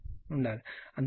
అందువల్ల ఈ విలువ ZT 5